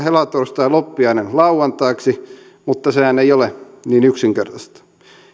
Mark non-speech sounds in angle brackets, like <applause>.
<unintelligible> helatorstai ja loppiainen lauantaiksi mutta sehän ei ole niin yksinkertaista